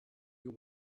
you